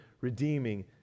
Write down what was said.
redeeming